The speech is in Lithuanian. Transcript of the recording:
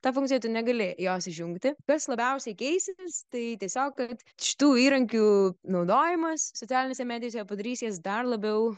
ta funkcija tu negali jos išjungti kas labiausiai keisis tai tiesiog kad šitų įrankių naudojimas socialinėse medijose padarys jas dar labiau